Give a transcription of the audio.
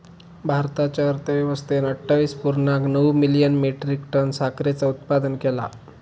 भारताच्या अर्थव्यवस्थेन अट्ठावीस पुर्णांक नऊ मिलियन मेट्रीक टन साखरेचा उत्पादन केला